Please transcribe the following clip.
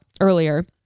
earlier